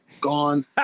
Gone